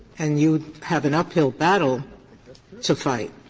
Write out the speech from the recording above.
and you have an uphill battle to fight.